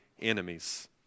enemies